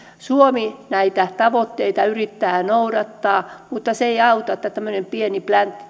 suomi näitä tavoitteita yrittää noudattaa mutta se ei auta että tämmöinen pieni pläntti